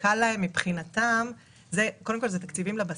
מבחינתם זה קודם כל תקציבים לבסיס,